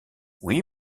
oui